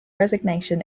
resignation